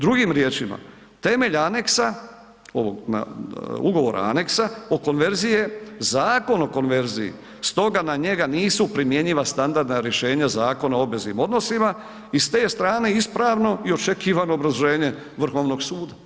Drugim riječima, temelj aneksa, ovog ugovora aneksa o konverziji je Zakon o konverziji, stoga na njega nisu primjenjiva standardna rješenja Zakona o obveznim odnosima i s te strane je ispravno i očekivano obrazloženje Vrhovnog suda.